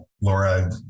Laura